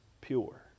pure